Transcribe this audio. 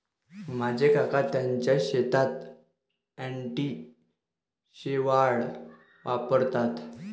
माझे काका त्यांच्या शेतात अँटी शेवाळ वापरतात